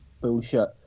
bullshit